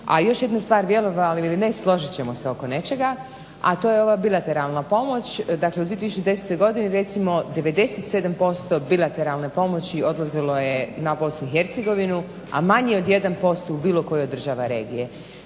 A još jedna stvar vjerovali ili ne složit ćemo se oko nečega a to je ova bilateralna pomoć, dakle u 2010.godini 97% bilateralne pomoći odlazilo je na BiH a manje od 1% u bilo koju država regije.